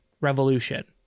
revolution